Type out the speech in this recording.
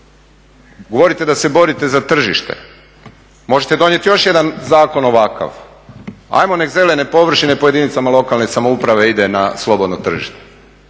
Govorite da se borite za tržište, možete donijeti još jedan zakon ovakav. Ajmo nek' zelene površine po jedinicama lokalne samouprave idu na slobodno tržište